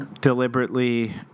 deliberately